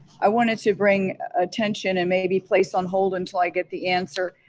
i wanted to bring attention and maybe place on hold until i get the answer,